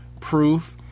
proof